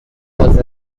was